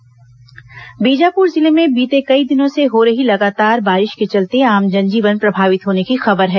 बारिश कांग्रेस मांग बीजापुर जिले में बीते कई दिनों से हो रही लगातार बारिश के चलते आम जन जीवन प्रभावित होने की खबर है